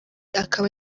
akaba